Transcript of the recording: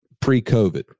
pre-COVID